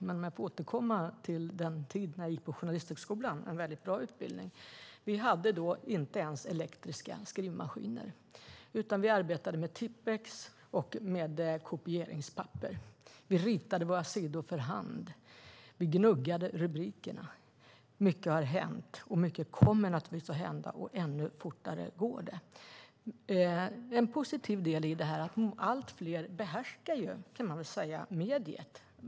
Låt mig återkomma till den tid när jag gick på Journalisthögskolan - en väldigt bra utbildning. Vi hade inte ens elektriska skrivmaskiner, utan vi arbetade med tipp-ex och kopieringspapper. Vi ritade våra sidor för hand. Vi gnuggade rubrikerna. Mycket har hänt, och mycket kommer naturligtvis att hända. Och ännu fortare går det. En positiv del i detta är att allt fler behärskar mediet.